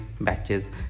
batches